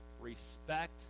respect